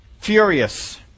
furious